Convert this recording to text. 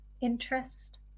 interest